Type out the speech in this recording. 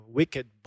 wicked